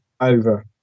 over